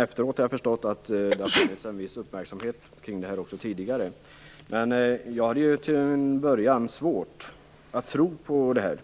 Efteråt har jag förstått att det funnits en viss uppmärksamhet kring detta också tidigare. Jag hade till en början svårt att tro på det här.